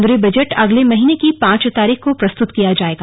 केन्द्रीय बजट अगले महीने की पांच तारीख को प्रस्तुत किया जाएगा